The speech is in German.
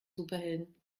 superhelden